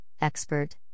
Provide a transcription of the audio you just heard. expert